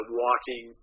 walking